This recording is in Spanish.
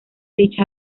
dicha